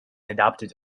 adopted